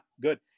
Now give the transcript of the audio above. good